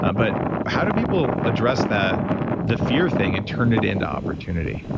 ah but how do people address the the fear thing and turn it into opportunity?